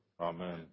Amen